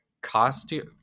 costume